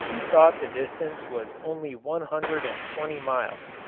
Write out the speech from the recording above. he thought the distance was only one hundred and twenty miles.